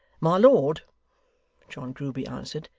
my lord john grueby answered,